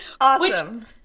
Awesome